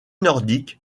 nordiques